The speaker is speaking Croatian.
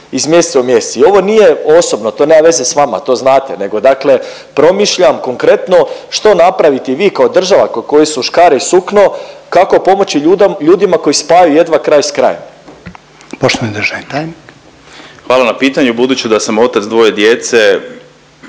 iz mjeseca u mjesec i ovo nije osobno, to nema veze s vama, nego dakle promišljam konkretno što napraviti vi, kao država, koje su škare i sukno, kako pomoći ljudima koji spajaju jedva kraj s krajem. **Reiner, Željko (HDZ)** Poštovani državni tajnik. **Vidiš, Ivan** Hvala na pitanju. Budući da sam otac dvoje djece,